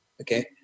okay